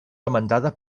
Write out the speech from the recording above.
demanada